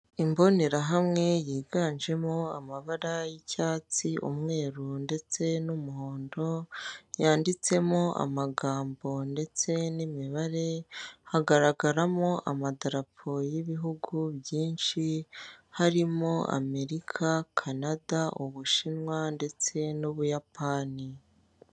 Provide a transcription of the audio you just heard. Imbonerahamwe yiganjemo amabara y'icyatsi umweru ndetse n'umuhondo yanditsemo amagambo ndetse n'imibare, hagaragaramo amadarapo y'ibihugu byinshi harimo Amerika Kanada Ubushinwa ndetse n'Ubuyapani.